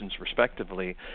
respectively